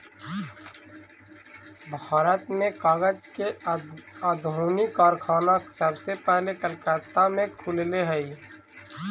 भारत में कागज के आधुनिक कारखाना सबसे पहले कलकत्ता में खुलले हलइ